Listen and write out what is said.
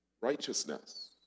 righteousness